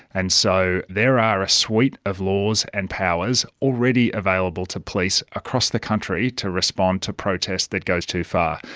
and so there are a suite of laws and powers already available to police across the country to respond to protest that goes too far.